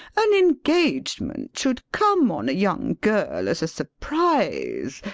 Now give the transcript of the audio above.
an engagement should come on a young girl as a surprise,